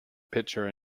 pitcher